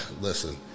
listen